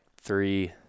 three